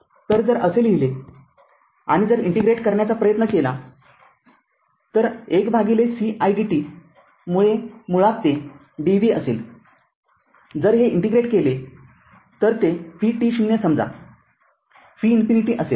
तर जर असे लिहिले आणि जर इंटिग्रेट करण्याचा प्रयत्न केला तर १c idt मुळे मुळात ते dv असेल जर हे इंटिग्रेट केले तर ते vt0समजा v इन्फिनिटी असेल